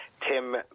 Tim